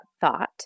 thought